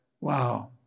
Wow